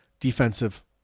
defensive